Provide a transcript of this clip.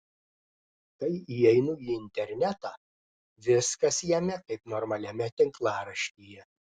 kai įeinu į internetą viskas jame kaip normaliame tinklaraštyje